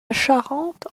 charente